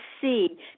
see